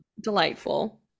Delightful